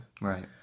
right